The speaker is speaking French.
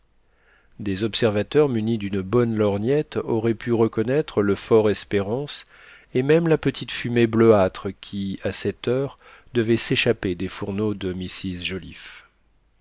des observateurs munis d'une bonne lorgnette auraient pu reconnaître le fort espérance et même la petite fumée bleuâtre qui à cette heure devait s'échapper des fourneaux de mrs joliffe